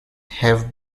have